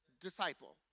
disciple